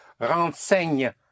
renseigne